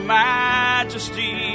majesty